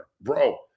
Bro